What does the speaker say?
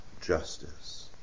justice